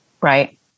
Right